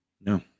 No